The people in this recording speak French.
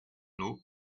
nous